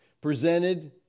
presented